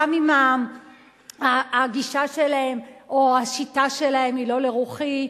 גם אם הגישה שלהם או השיטה שלהם היא לא לרוחי.